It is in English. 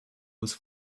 was